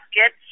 get